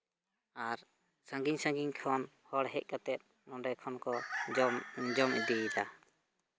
ᱟᱨ ᱥᱟᱺᱜᱤᱧ ᱥᱟᱺᱜᱤᱧ ᱠᱷᱚᱱ ᱦᱚᱲ ᱦᱮᱡ ᱠᱟᱛᱮᱫ ᱱᱚᱸᱰᱮ ᱠᱷᱚᱱ ᱠᱚ ᱡᱚᱢ ᱡᱚᱢ ᱤᱫᱤᱭᱮᱫᱟ